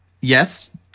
Yes